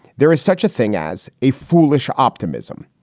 there is such a thing as a foolish optimism.